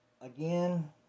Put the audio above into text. Again